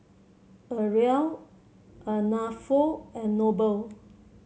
Ariella Arnulfo and Noble